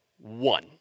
One